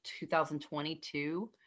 2022